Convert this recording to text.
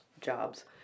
Jobs